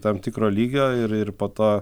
tam tikro lygio ir ir po to